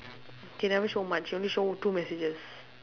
he never show much he only show two messages